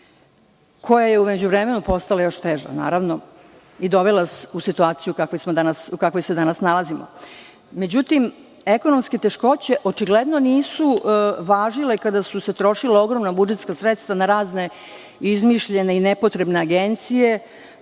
koja je u međuvremenu postala još teža i dovela nas u situaciju u kakvoj se danas nalazimo.Međutim, ekonomske teškoće očigledno nisu važile kada su se trošila ogromna budžetska sredstva na razne izmišljene i nepotrebne agencije,